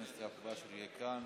להתנהגות כזאת של שוטרים בכל מיני